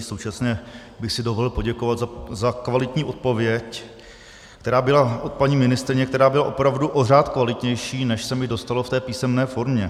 Současně bych si dovolil poděkovat za kvalitní odpověď, která byla od paní ministryně, která byla opravdu o řád kvalitnější, než se mi dostalo v té písemné formě.